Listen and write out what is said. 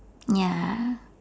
ya